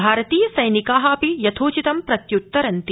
भारतीय सैनिका अपि यथोचितं प्रत्य्त्तरन्ति